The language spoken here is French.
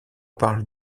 parle